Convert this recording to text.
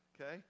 okay